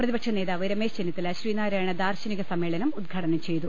പ്രതിപക്ഷ നേതാവ് ്രമേശ് ചെന്നിത്തല ശ്രീനാരായണ ദാർശനിക സമ്മേളനൃ ഉദ്ഘാടനം ചെയ്തു